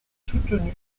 soutenu